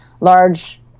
large